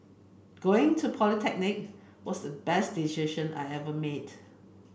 going to polytechnic was the best decision I've ever made